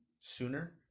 sooner